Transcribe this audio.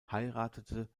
heiratete